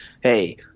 hey